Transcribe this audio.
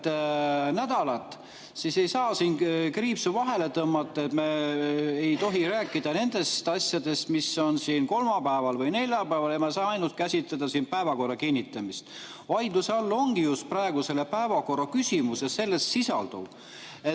tervet nädalat, siis ei saa siin kriipsu vahele tõmmata, et me ei tohi rääkida nendest asjadest, mis on kolmapäeval või neljapäeval, ja saame käsitleda ainult päevakorra kinnitamist. Vaidluse all ongi just praegune päevakord ja selles sisalduv.